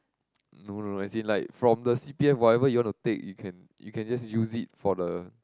no no as in like from the c_p_f whatever you want to take you can you can just use it for the